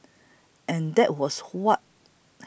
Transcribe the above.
and that was what